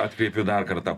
atkreipiu dar kartą